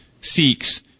seeks